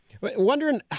wondering